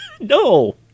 no